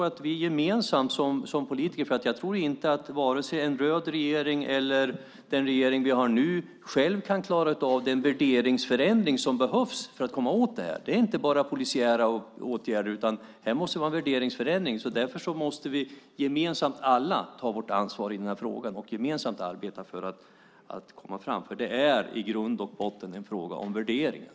Jag tror inte att vare sig en röd regering eller den regering vi har nu själv kan klara av den värderingsförändring som behövs för att komma åt detta. Det är inte bara polisiära åtgärder som behövs, utan här måste det vara en värderingsförändring. Därför måste vi alla som politiker ta vårt ansvar i denna fråga och gemensamt arbeta för att komma fram, för det är i grund och botten en fråga om värderingar.